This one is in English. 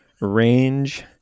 range